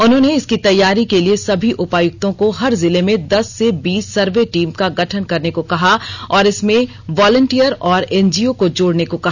उन्होंने इसकी तैयारी के लिए सभी उपायुक्तों को हर जिले में दस से बीस सर्वे टीम का गठन करने को कहा और इसमें वॉलेंटियर और एनजीओ को जोड़ने को कहा